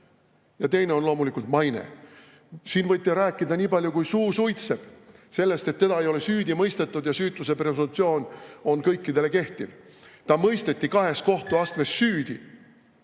Teine on loomulikult maine. Võite rääkida nii et suu suitseb sellest, et teda ei ole süüdi mõistetud ja süütuse presumptsioon on kõikide kohta kehtiv. Ta mõisteti kahes kohtuastmes süüdi.